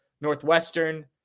Northwestern